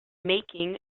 making